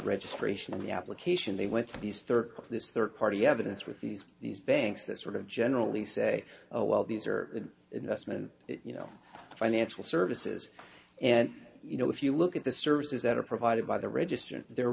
registration of the application they went to these third class third party evidence with these these banks that sort of generally say oh well these are the investment you know the financial services and you know if you look at the services that are provided by the register and they're